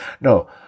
no